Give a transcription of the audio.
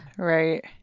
Right